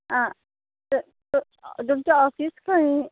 आं त त तुमचें ऑफीस खंयी